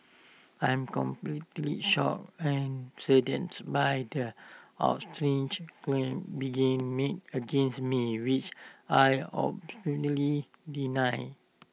I'm completely shocked and saddened by their outrageous claims being made against me which I absolutely deny